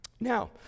Now